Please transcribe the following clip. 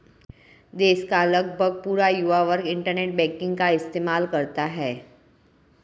देश का लगभग पूरा युवा वर्ग इन्टरनेट बैंकिंग का इस्तेमाल करता है